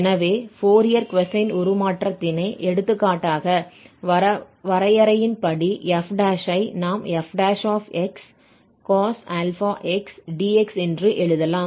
எனவே Fourier cosine உருமாற்றத்தினை எடுத்துக்காட்டாக வரையறையின்படி f ' ஐ நாம் f cos αx dx என்று எழுதலாம்